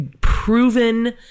proven